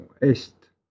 est